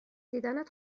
دیدنت